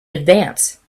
advance